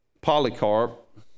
Polycarp